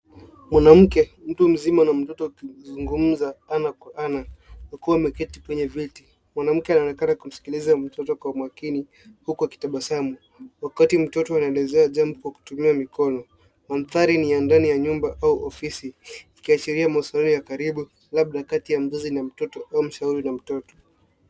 Mwanamke, mtu mzima na mtoto wakizungumza ana kwa ana, wakiwa wameketi kwenye viti. Mwanamke anaonekana kumisikiliza mtoto kwa makini huku akitabasamu. Wakati mtoto anaelezewa jambo kwa kutumia mikono, mandhari ni ya ndani ya nyumba au ofisi, ikiashiria maswala ya karibu, labda kati ya mzazi na mtoto au mshauri na mtoto.